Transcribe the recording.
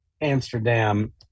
Amsterdam